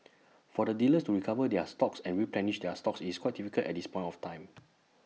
for the dealers to recover their stocks and replenish their stocks is quite difficult at this point of time